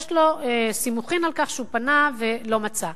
יש לו סימוכין על כך שהוא פנה ולא מצא.